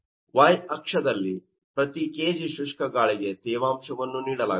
Y ಅಕ್ಷದಲ್ಲಿ ಪ್ರತಿ kg ಶುಷ್ಕ ಗಾಳಿಗೆ ತೇವಾಂಶವನ್ನು ನೀಡಲಾಗುತ್ತದೆ